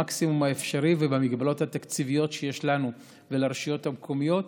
אל המקסימום האפשרי במגבלות התקציביות שיש לנו ולרשויות המקומיות,